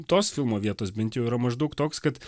tos filmo vietos bent jau yra maždaug toks kad